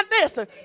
listen